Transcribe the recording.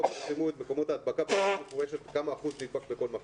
לא פרסמו את מקורות ההדבקה וכמה אחוזים נדבקו בכל מקום.